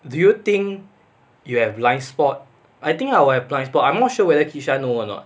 do you think you have blind spot I think I would have blind spot but I'm not sure whether kishan know or not